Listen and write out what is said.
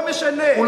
לא משנה לאיזו דת,